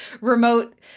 remote